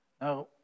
Now